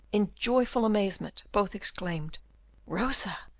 in joyful amazement, both exclaimed rosa!